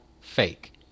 fake